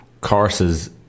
courses